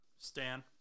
Stan